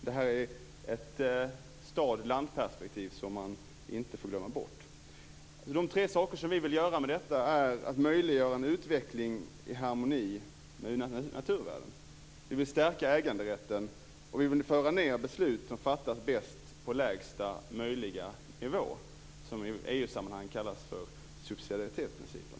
Det här är ett stad-land-perspektiv som man inte får glömma bort. De tre saker som vi vill göra med detta är att möjliggöra utveckling i harmoni med naturvärden, stärka äganderätten och föra ned beslut som fattas bäst på lägsta möjliga nivå, vilket i EU-sammanhang kallas subsidiaritetsprincipen.